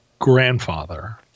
grandfather